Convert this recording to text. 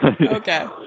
Okay